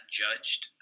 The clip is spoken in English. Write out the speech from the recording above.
judged